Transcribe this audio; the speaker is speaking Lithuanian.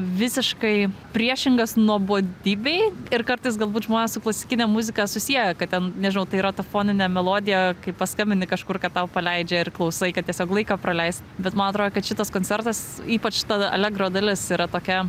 visiškai priešingas nuobodybei ir kartais galbūt žmonės su klasikine muzika susieja kad ten nežinau tai yra ta foninė melodija kai paskambini kažkur kad tau paleidžia ir klausai kad tiesiog laiką praleist bet man atro kad šitas koncertas ypač ta alegro dalis yra tokia